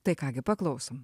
tai ką gi paklausom